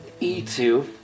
E2